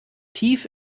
tief